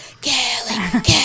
Kelly